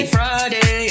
Friday